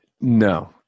No